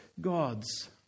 gods